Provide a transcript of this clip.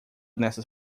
nessas